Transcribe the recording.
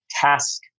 task